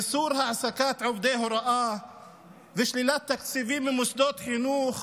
איסור העסקת עובדי הוראה ושלילת תקציב ממוסדות חינוך